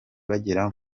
bagera